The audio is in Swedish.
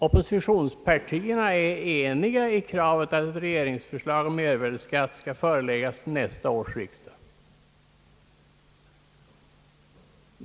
Oppositionspartierna är eniga i kravet att ett regeringsförslag om mervärdeskatt skall föreläggas nästa års riksdag.